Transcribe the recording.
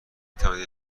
توانید